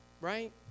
right